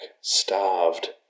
starved